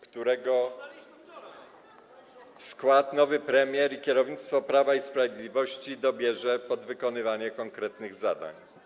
którego skład nowy premier i kierownictwo Prawa i Sprawiedliwości dobiorą pod wykonywanie konkretnych zadań.